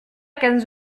quinze